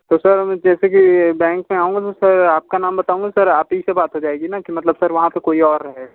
तो सर हमें जैसे की बैंक में आऊंगा सर आपका नाम बताऊंगा सर आप ही से बात हो जाएगी न सर की मतलब सर वहाँ पर कोई और रहेगा